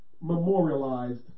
memorialized